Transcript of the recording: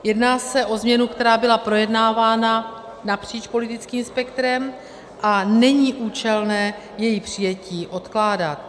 Jedná se o změnu, která byla projednávána napříč politickým spektrem, a není účelné její přijetí odkládat.